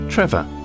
Trevor